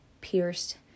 pierced